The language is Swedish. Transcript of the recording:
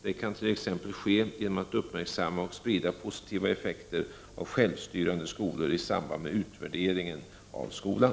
Det kan t.ex. ske genom att vi uppmärksammar och sprider positiva effekter av ”självstyrande ” skolor i samband med utvärderingen av skolan.